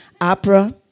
opera